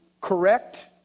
correct